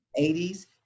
80s